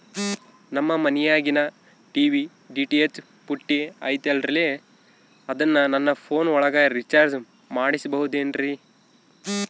ನಮ್ಮ ಮನಿಯಾಗಿನ TV DTH ಪುಟ್ಟಿ ಐತಲ್ರೇ ಅದನ್ನ ನನ್ನ ಪೋನ್ ಒಳಗ ರೇಚಾರ್ಜ ಮಾಡಸಿಬಹುದೇನ್ರಿ?